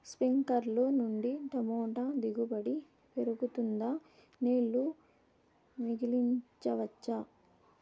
స్ప్రింక్లర్లు నుండి టమోటా దిగుబడి పెరుగుతుందా? నీళ్లు మిగిలించవచ్చా?